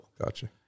Gotcha